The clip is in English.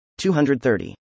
230